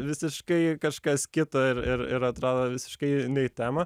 visiškai kažkas kito ir ir atrodo visiškai ne į temą